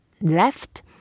left